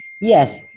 Yes